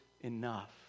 enough